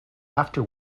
after